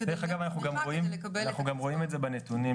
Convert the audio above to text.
דרך אגב אנחנו גם רואים את זה בנתונים.